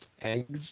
eggs